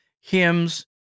hymns